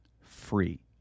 free